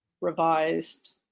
revised